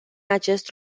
acest